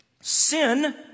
Sin